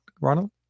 Ronald